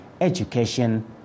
education